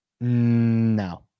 No